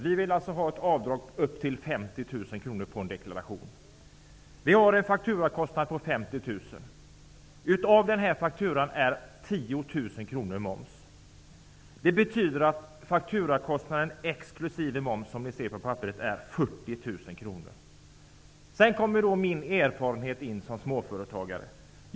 Vi vill ha avdragsrätt upp till 50 000 kr i en deklaration. Säg att fakturakostnaden är 50 000 kr. Av det beloppet är 10 000 kr moms. Det betyder att fakturakostnaden exkl. moms, som ni kan läsa i papperet, är 40 000 kr. Sedan kommer min erfarenhet som småföretagare in.